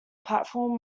platform